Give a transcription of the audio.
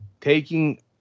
taking